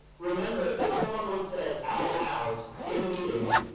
remember that someone once said out loud in a meeting,